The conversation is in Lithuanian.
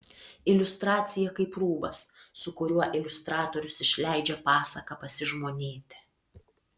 iliustracija kaip rūbas su kuriuo iliustratorius išleidžia pasaką pasižmonėti